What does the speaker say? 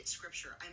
Scripture